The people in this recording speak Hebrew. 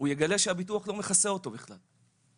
יגלה שהביטוח לא מכסה אותו בכלל.